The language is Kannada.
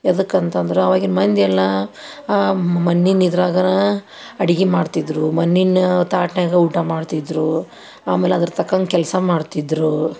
ಎದಕ್ಕಂತಂದ್ರೆ ಅವಾಗಿನ ಮಂದಿಯೆಲ್ಲ ಆ ಮಣ್ಣಿನ ಇದ್ರಾಗೇನೆ ಅಡುಗೆ ಮಾಡ್ತಿದ್ದರು ಮಣ್ಣಿನ ತಾಟ್ನಾಗ ಊಟ ಮಾಡ್ತಿದ್ದರು ಆಮೇಲೆ ಅದರ ತಕ್ಕಂಗೆ ಕೆಲಸ ಮಾಡ್ತಿದ್ದರು